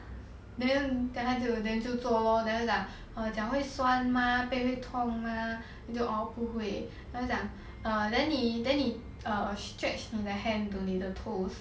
then then 他就 then 就做 lor then 他讲脚会酸吗背会痛吗 then 就 orh 不会 then 他就讲 err then 你 then 你 err stretch 你的 hand to 你的 toes